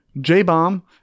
J-Bomb